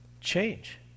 change